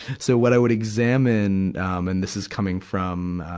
so what i would examine, um, and this is coming from, ah,